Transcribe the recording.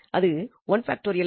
அது 1